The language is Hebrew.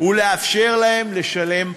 ולאפשר להם לשלם פחות?